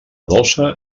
dolça